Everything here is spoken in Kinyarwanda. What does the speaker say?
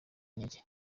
inkeke